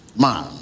Man